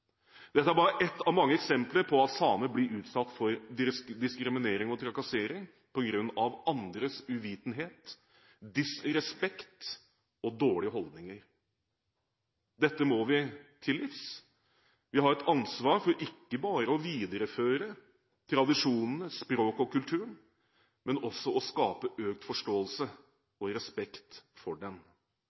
Dette var ett av mange eksempler på at samer blir utsatt for diskriminering og trakassering på grunn av andres uvitenhet, disrespekt og dårlige holdninger. Dette må vi til livs. Vi har et ansvar ikke bare for å videreføre tradisjonene, språket og kulturen, men også for å skape økt forståelse og respekt for